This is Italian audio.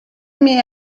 amy